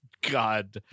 God